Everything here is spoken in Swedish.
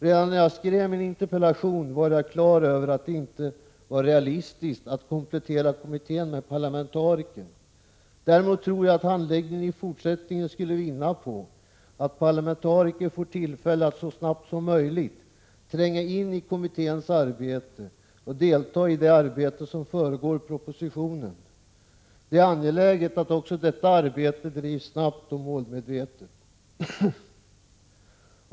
Redan när jag skrev min interpellation var jag klar över att det inte är realistiskt att nu komplettera kommittén med parlamentariker. Däremot tror jag att handläggningen i fortsättningen skulle vinna på att parlamentariker får tillfälle att så snabbt som möjligt tränga in i kommitténs arbete och delta i det arbete som föregår propositionen. Det är angeläget att också detta arbete drivs snabbt och målmedvetet.